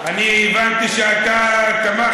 נגמר